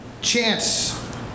Chance